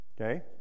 Okay